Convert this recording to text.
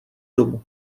domu